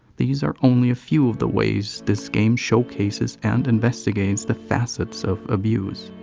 these are only a few of the ways this game showcases and investigates the facets of abuse.